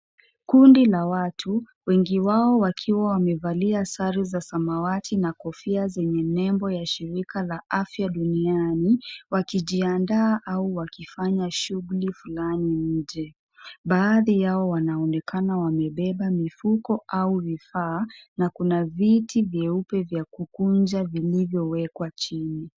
Kundi la watu wengi wao wakiwa wamevalia sare za samawati na kofia zenye nembo ya shirika la afya duniani wakijiandaa au wakifanya shuguli fulani nje, baadhi yao wameonekana wamebeba mifuko au vifaa na kuna viti vyeupe vya kukunja vilivyowekwa chini.